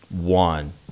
One